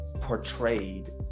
portrayed